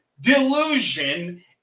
delusion